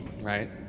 Right